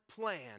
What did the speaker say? plan